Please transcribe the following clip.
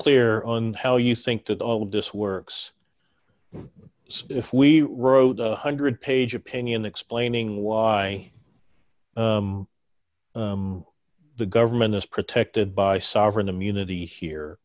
clear on how you think that all of this works if we wrote one hundred page opinion explaining why the government is protected by sovereign immunity here